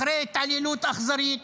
אחרי התעללות אכזרית.